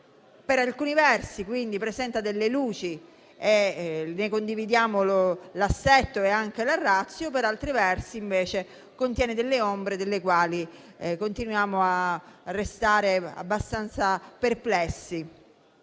Per alcuni versi, quindi, presenta delle luci e ne condividiamo l'assetto e anche la *ratio*, per altri versi, invece, contiene ombre delle quali continuiamo a restare abbastanza perplessi.